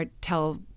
tell